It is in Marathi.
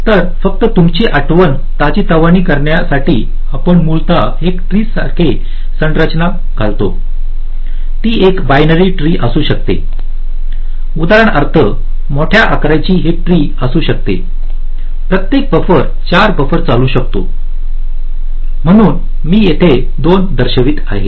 तर फक्त तुमची आठवण ताजेतवाने करण्यासाठी आपण मूलतः एक ट्री सारखे संरचना घालतो ति एक बायनरी ट्री असू शकते उदाहरणार्थ मोठ्या आकाराचे हे ट्री असू शकते प्रत्येक बफर 4 बफर चालवू शकतो म्हणून मी येथे 2 दर्शवित आहे